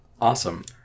Awesome